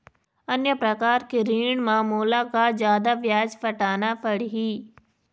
अन्य प्रकार के ऋण म मोला का जादा ब्याज पटाना पड़ही?